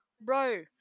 bro